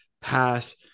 pass